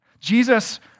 Jesus